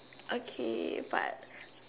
okay but